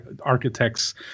architects